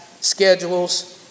schedules